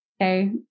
Okay